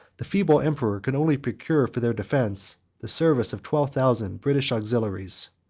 the feeble emperor could only procure for their defence the service of twelve thousand british auxiliaries.